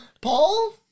Paul